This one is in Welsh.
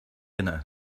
yna